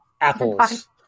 Apples